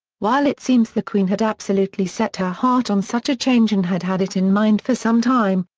while it seems the queen had absolutely set her heart on such a change and had had it in mind for some time,